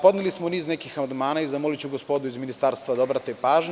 Podneli smo niz nekih amandmana i zamoliću gospodu iz Ministarstva da obrate pažnju.